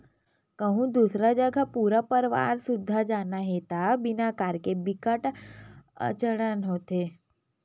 कहूँ दूसर जघा पूरा परवार सुद्धा जाना हे त बिना कार के बिकट अड़चन होथे